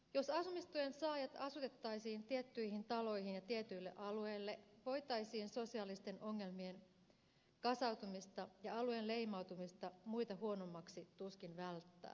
jos asumistuen saajat asutettaisiin tiettyihin taloihin ja tietyille alueille voitaisiin sosiaalisten ongelmien kasautumista ja alueen leimautumista muita huonommaksi tuskin välttää